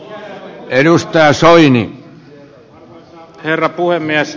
arvoisa herra puhemies